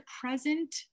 present